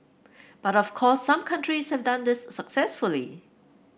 but of course some countries have done this successfully